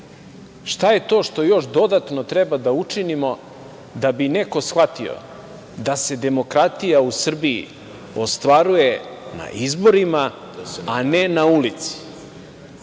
šta je to što još dodatno treba da učinimo da bi neko shvatio da se demokratija u Srbiji ostvaruje na izborima, a ne na ulici,